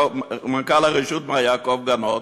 מר יעקב גנות,